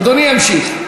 אדוני ימשיך.